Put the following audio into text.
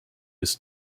his